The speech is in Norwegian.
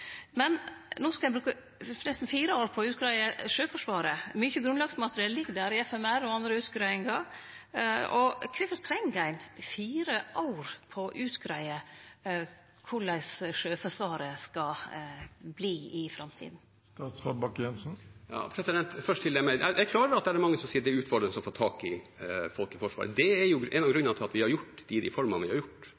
men no skal ein bruke nesten fire år på å utgreie Sjøforsvaret. Mykje grunnlagsmateriell ligg der, i forsvarssjefens fagmilitære råd og i andre utgreiingar. Kvifor treng ein fire år på utgreie korleis Sjøforsvaret skal verte i framtida? Jeg er klar over at det er mange som sier at det er utfordrende å få tak i folk i Forsvaret. Det er en av